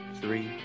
three